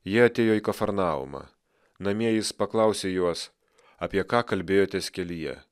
jie atėjo į kafarnaumą namie jis paklausė juos apie ką kalbėjotės kelyje